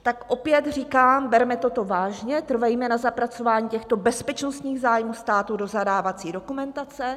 Tak opět říkám: Berme toto vážně, trvejme na zapracování těchto bezpečnostních zájmů státu do zadávací dokumentace.